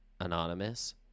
anonymous